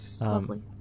Lovely